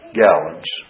gallons